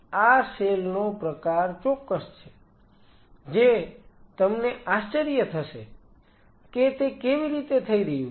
આ સેલ નો પ્રકાર ચોક્કસ છે જે તમને આશ્ચર્ય થશે કે તે કેવી રીતે થઈ રહ્યું છે